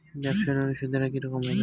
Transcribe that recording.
ব্যবসায়ী লোনে সুদের হার কি রকম হবে?